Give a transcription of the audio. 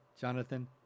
jonathan